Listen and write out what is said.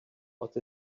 what